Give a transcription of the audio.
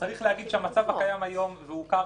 המצב הקיים היום, והוא הוכר